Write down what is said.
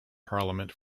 parliament